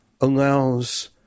allows